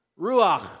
Ruach